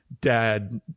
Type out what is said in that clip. dad